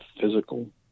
physical